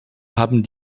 haben